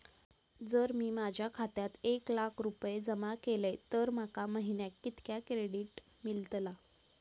जर मी माझ्या खात्यात एक लाख रुपये जमा केलय तर माका महिन्याक कितक्या क्रेडिट मेलतला?